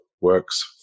works